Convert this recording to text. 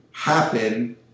happen